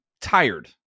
tired